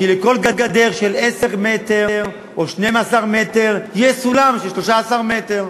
כי לכל גדר של 10 מטרים או 12 מטר יש סולם של 13 מטר,